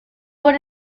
por